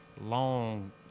Long